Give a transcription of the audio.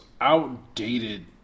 outdated